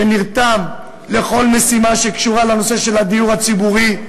שנרתם לכל משימה שקשורה לנושא הדיור הציבורי,